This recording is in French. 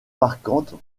marquantes